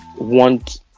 want